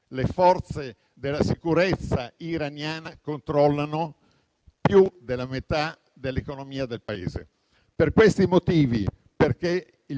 Le forze della sicurezza iraniana controllano più della metà dell'economia del Paese. Per questi motivi, perché